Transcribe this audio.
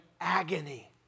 agony